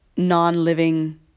non-living